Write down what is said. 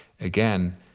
again